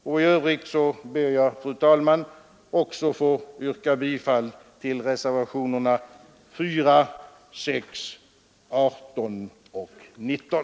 I övrigt ber jag, fru talman, att också få yrka bifall till reservationerna 4, 6, 18 och 19.